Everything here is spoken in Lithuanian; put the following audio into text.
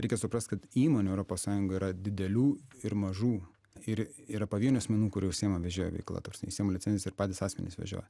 reikia suprast kad įmonių europos sąjungoj yra didelių ir mažų ir yra pavienių asmenų kurie užsiėma vežėjo veikla ta prasme išsiėma licenciją ir patys asmenys vežioja